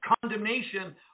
condemnation